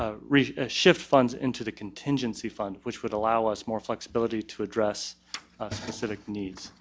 shift funds into the contingency fund which would allow us more flexibility to address specific needs